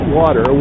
water